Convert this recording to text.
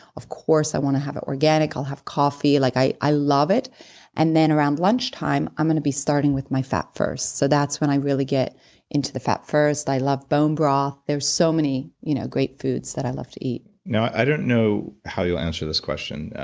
of course, i want to have it organic. i'll have coffee. like i i love it and then around lunchtime i'm going to be starting with my fat first. so that's when i really get into the fat first. i love bone broth. there's so many you know great foods that i love to eat now i don't know how you'll answer this question,